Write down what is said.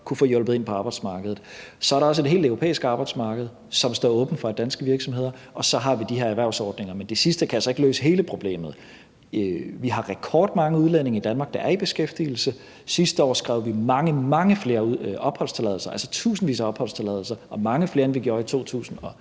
kunne få hjulpet ind på arbejdsmarkedet. Så er der også et helt europæisk arbejdsmarked, som står åbent for danske virksomheder, og så har vi de her erhvervsordninger, men det sidste kan altså ikke løse hele problemet. Vi har rekordmange udlændinge i Danmark, der er i beskæftigelse. Sidste år skrev vi mange, mange flere opholdstilladelser ud – altså tusindvis af opholdstilladelser – og mange flere, end vi gjorde i 2020.